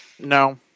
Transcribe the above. no